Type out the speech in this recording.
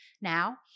Now